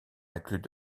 incluent